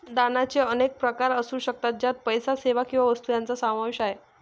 दानाचे अनेक प्रकार असू शकतात, ज्यात पैसा, सेवा किंवा वस्तू यांचा समावेश आहे